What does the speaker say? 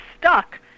stuck